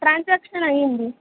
transaction అయ్యింది